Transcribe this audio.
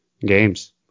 games